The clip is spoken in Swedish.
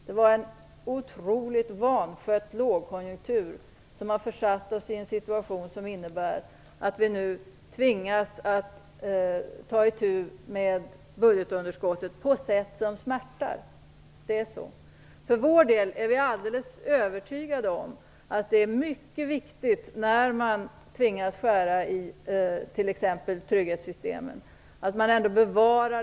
Det är en otroligt vanskött lågkonjunktur som har försatt oss i en situation som innebär att vi nu tvingas att ta itu med budgetunderskottet på ett sätt som smärtar. Det är så. Vi för vår del är alldeles övertygade om att det är mycket viktigt att man bevarar den generella karaktären när man tvingas skära i t.ex. trygghetssystemen.